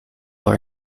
are